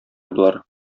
болар